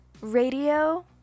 radio